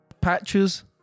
patches